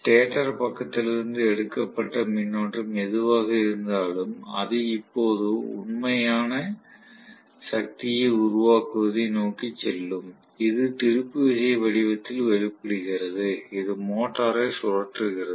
stator பக்கத்திலிருந்து எடுக்கப்பட்ட மின்னோட்டம் எதுவாக இருந்தாலும் அது இப்போது உண்மையான சக்தியை உருவாக்குவதை நோக்கி செல்லும் இது திருப்பு விசை வடிவத்தில் வெளிப்படுகிறது இது மோட்டாரை சுழற்றுகிறது